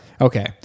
Okay